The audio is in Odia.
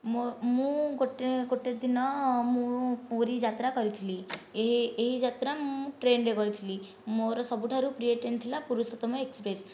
ମୁଁ ଗୋଟିଏ ଗୋଟିଏ ଦିନ ମୁଁ ପୁରୀ ଯାତ୍ରା କରିଥିଲି ଏଇ ଏହି ଯାତ୍ରା ମୁଁ ଟ୍ରେନରେ କରିଥିଲି ମୋର ସବୁଠାରୁ ପ୍ରିୟ ଟ୍ରେନ ଥିଲା ପୁରୁଷୋତ୍ତମ ଏକ୍ସପ୍ରେସ